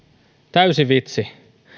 täysi vitsi